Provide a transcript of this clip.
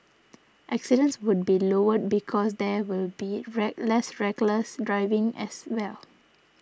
accidents would be lowered because there will be less reckless driving as well